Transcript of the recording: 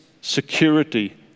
security